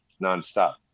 nonstop